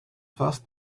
fast